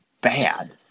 bad